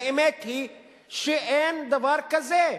והאמת היא שאין דבר כזה.